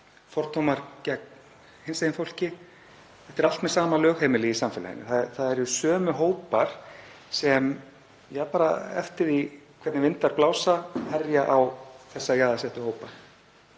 fordómar gegn hinsegin fólki — þetta er allt með sama lögheimili í samfélaginu. Það eru sömu hópar sem, bara eftir því hvernig vindar blása, herja á þessa jaðarsettu hópa